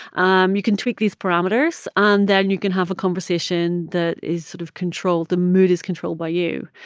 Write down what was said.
um you can tweak these parameters. and then you can have a conversation that is sort of controlled the mood is controlled by you.